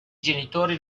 genitori